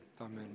Amen